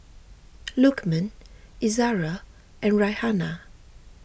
Lukman Izara and Raihana